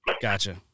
Gotcha